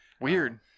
Weird